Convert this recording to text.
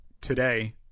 today